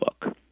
book